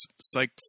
psych